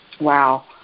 Wow